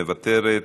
מוותרת.